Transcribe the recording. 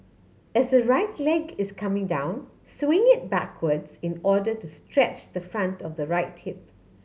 as the right leg is coming down swing it backwards in order to stretch the front of the right hip